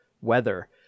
weather